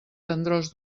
tendrors